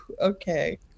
okay